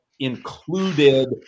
included